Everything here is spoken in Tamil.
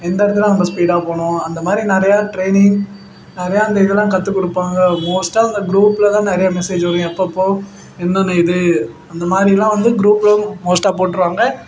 எந்த இடத்துல நம்ம ஸ்பீடாக போகணும் அந்த மாதிரி நிறையா ட்ரைனிங் நிறையா அந்த இதுலாம் கற்றுக் கொடுப்பாங்க மோஸ்ட்டாக அந்தக் குரூப்பில் தான் நிறையா மெசேஜு வரும் எப்போப்போ என்னென்ன இது அந்த மாதிரிலாம் வந்து குரூப்பில் மோஸ்ட்டாக போட்டுருவாங்க